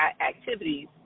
activities